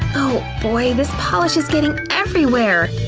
oh boy, this polish is getting everywhere.